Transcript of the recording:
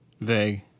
Vague